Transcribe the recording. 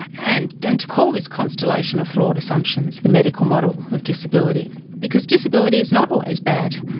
and and to call this constellation of flawed assumptions the medical model of disability, because disability is not always bad.